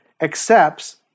accepts